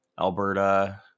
Alberta